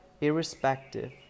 irrespective